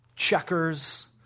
checkers